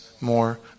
more